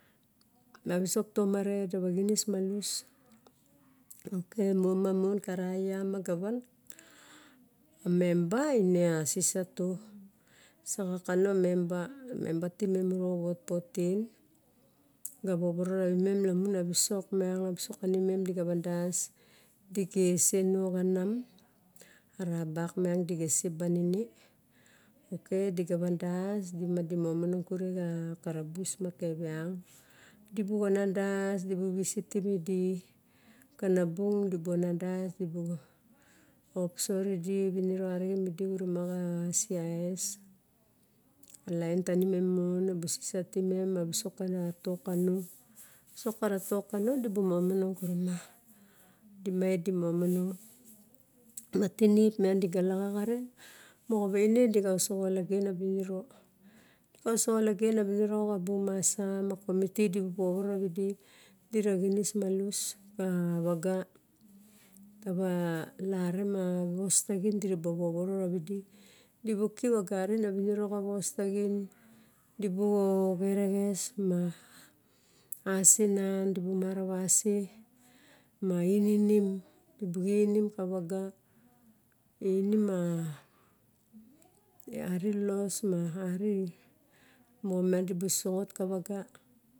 Xive sok tomari dira giniomalus. Ok moma mon ka ra yar m ga van, member ere a sisa tu, saiga a no e member, member temem muro vot fotin ga vovoro ravim lamon a visok mink, a visok anime d ga vandoo diga xise no kanam, na bak mine di ga vandoo diga xise no kanam, ra bak mine di ga sebin ene. Ok di ga van das dima di momonog kuri a karbus ma kavieng dibu vanimdas dibu vioitem edi kanu bu dibu xinindas dibu xiposot id viniro xregan me du uroma a cis. A lim tanimum mon abu sisa timim a bub visok mo a bu xitok ano. Visok aratok a no di bub momonog kurimi. Di nug di mononog. A tinip meinak di ga lagagaran moga vine di kasogo orlagin abub niro a bub mana ma komiti di bub porvoro ravidi, di rara gienis malus ka viga, tara larim a garime a vidiraba vovoro rawedi di bu kiep o garine a virero moga vosta gine dibu garigas mu, aises rer. Di bumura xioe ma eininim, du bu eininim ku viga eininima rielolos em arie, mogamin di lou sosnot kaiga.